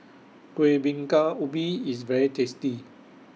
Kuih Bingka Ubi IS very tasty